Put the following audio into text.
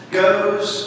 goes